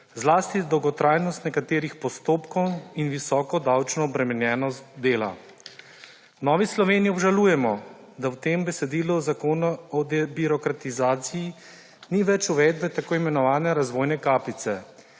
zlasti dolgotrajnost nekaterih postopkov in visoko davčno obremenjenost dela. V Novi Sloveniji obžalujemo, da v tem besedilu Zakona o debirokratizaciji ni več uvedbe tako imenovane razvojne kapice.